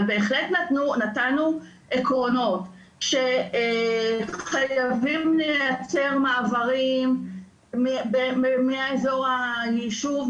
אבל בהחלט נתנו עקרונות שחייבים לייצר מעברים מהאזור היישוב,